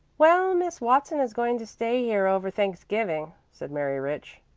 well, miss watson is going to stay here over thanksgiving, said mary rich.